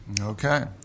Okay